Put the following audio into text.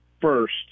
first